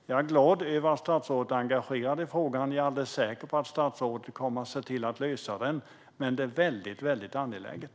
Jag är glad över att statsrådet är engagerad i frågan, och jag är alldeles säker på att statsrådet kommer att se till att lösa den. Men det är mycket angeläget.